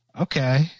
Okay